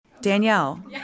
Danielle